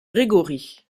gregory